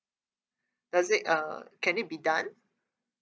does it uh can it be done